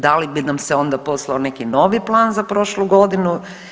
Da li bi nam se onda poslao neki novi plan za prošlu godinu?